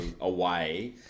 away